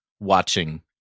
watching